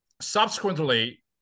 Subsequently